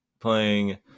playing